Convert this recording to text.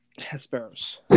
Hesperus